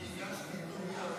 אני הגשתי איתו ביחד.